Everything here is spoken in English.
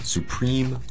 Supreme